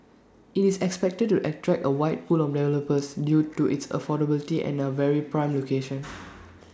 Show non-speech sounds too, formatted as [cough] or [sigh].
IT is expected to attract A wide pool of developers due to its affordability and A very prime location [noise]